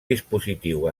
dispositiu